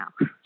now